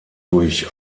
durch